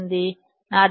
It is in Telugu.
నా దగ్గర ఉండేది 2